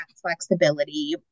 flexibility